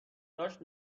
داشت